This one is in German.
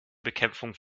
bekämpfung